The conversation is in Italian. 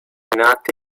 nati